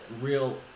real